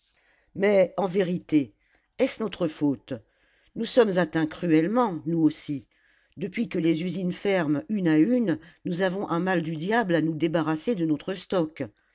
mais en vérité est-ce notre faute nous sommes atteints cruellement nous aussi depuis que les usines ferment une à une nous avons un mal du diable à nous débarrasser de notre stock